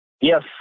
Yes